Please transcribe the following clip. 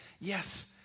yes